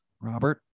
Robert